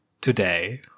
today